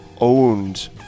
owned